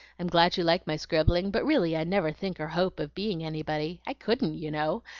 i'm glad you like my scribbling, but really i never think or hope of being anybody. i couldn't, you know!